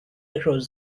across